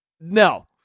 no